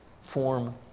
form